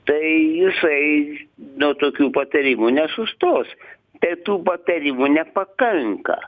tai jisai nuo tokių patarimų nesustos tai tų patarimų nepakanka